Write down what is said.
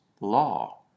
law